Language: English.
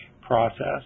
process